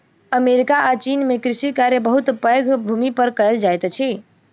America आ चीन में कृषि कार्य बहुत पैघ भूमि पर कएल जाइत अछि